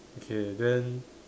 okay then